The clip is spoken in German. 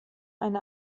eine